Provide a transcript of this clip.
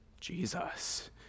jesus